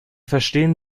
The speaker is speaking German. verstehen